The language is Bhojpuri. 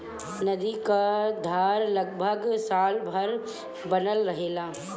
नदी क धार लगभग साल भर बनल रहेला